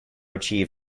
achieve